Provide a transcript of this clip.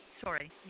Sorry